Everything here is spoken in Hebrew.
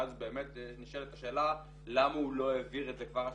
ואז באמת נשאלת השאלה למה הוא לא העביר את זה כבר השנה.